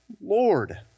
Lord